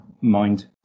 mind